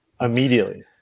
immediately